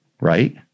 Right